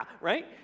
right